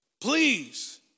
please